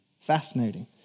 Fascinating